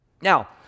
Now